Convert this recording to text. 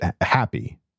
Happy